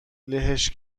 لهش